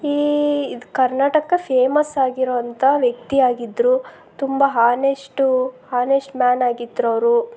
ಇದು ಕರ್ನಾಟಕ ಫೇಮಸ್ ಆಗಿರೋ ಅಂಥ ವ್ಯಕ್ತಿ ಆಗಿದ್ದರು ತುಂಬ ಹಾನೆಸ್ಟು ಹಾನೆಸ್ಟ್ ಮ್ಯಾನ್ ಆಗಿದ್ರು ಅವರು